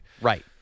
Right